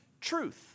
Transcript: truth